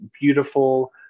beautiful